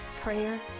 prayer